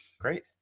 Great